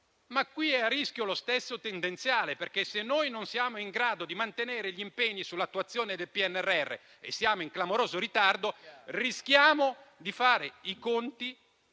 però, è a rischio lo stesso tendenziale, perché se non siamo in grado di mantenere gli impegni sull'attuazione del PNRR e siamo in clamoroso ritardo, rischiamo di fare i conti